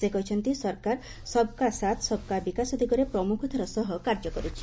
ସେ କହିଛନ୍ତି ସରକାର ସବ୍କା ସାଥ୍ ସବ୍କା ବିକାଶ ଦିଗରେ ପ୍ରମୁଖତାର ସହ କାର୍ଯ୍ୟ କରୁଛି